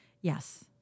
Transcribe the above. Yes